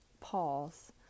Pause